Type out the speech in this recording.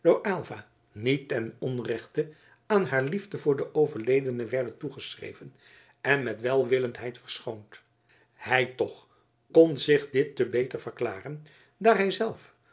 niet ten onrechte aan haar liefde voor den overledene werden toegeschreven en met welwillendheid verschoond hij toch kon zich die te beter verklaren daar hij zelf